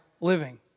living